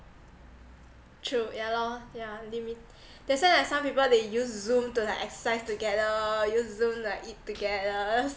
true ya lor yeah limi~ that's why like some people they use zoom to like exercise together use zoom like eat together